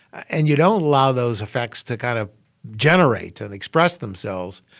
and you don't allow those effects to kind of generate and express themselves,